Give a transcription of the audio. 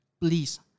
please